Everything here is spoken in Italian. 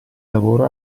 lavoro